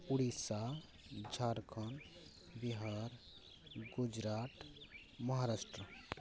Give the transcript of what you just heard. Odisha Jharkhand Bihar Gujarat Maharashtra